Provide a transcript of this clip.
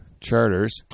charters